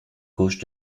gauche